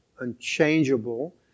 unchangeable